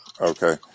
Okay